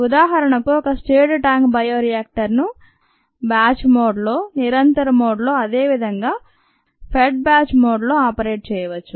ఉదాహరణకు ఒక stirred tank bioreactor ను బ్యాచ్ మోడ్ లో నిరంతర మోడ్ లో అదేవిధంగా ఫెడ్ బ్యాచ్ మోడ్ లో ఆపరేట్ చేయవచ్చు